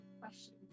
question